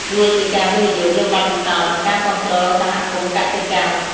វាជាការវិនិយោគលើបទពិសោធន៍និងការគាំទ្រសហគមន៍កសិកម្ម។